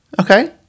Okay